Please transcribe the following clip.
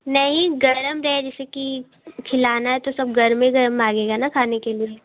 नहीं गर्म रहें जिसे कि खिलाना है तो सब गर्म गर्म मांगेंगे ना खाने के लिए